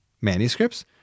manuscripts